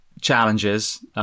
challenges